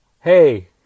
hey